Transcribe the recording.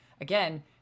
again